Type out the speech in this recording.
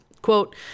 Quote